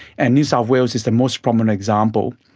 and new south wales is the most prominent example.